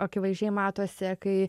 akivaizdžiai matosi kai